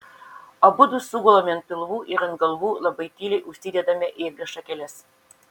abudu sugulame ant pilvų ir ant galvų labai tyliai užsidedame ėglio šakeles